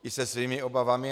I se svými obavami.